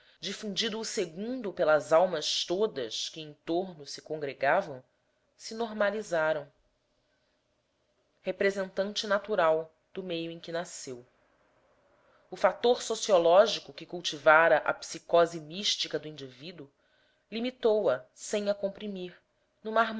difundido o segundo pelas almas todas que em torno se congregavam se normalizaram representante natural do meio em que nasceu o fator sociológico que cultivara a psicose mística do indivíduo limitou a sem a comprimir numa